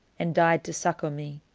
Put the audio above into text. and died to succour me!